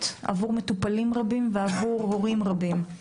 עבור מטופלים רבים ועבור הורים רבים.